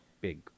Big